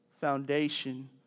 foundation